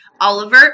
Oliver